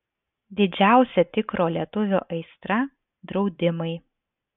didžiausia tikro lietuvio aistra draudimai